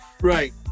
Right